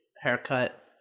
haircut